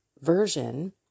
version